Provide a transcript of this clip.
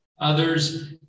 others